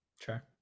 Sure